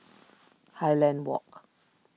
Highland Walk